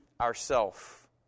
ourself